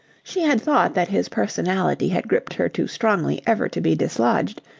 she had thought that his personality had gripped her too strongly ever to be dislodged,